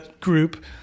group